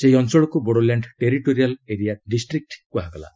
ସେହି ଅଞ୍ଚଳକୁ Bodoland territorial area district କୁହାଗଲା